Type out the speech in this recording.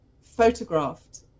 photographed